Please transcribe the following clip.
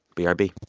b r b